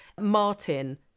Martin